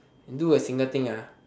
can do a single thing